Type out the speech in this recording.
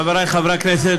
חברי חברי הכנסת,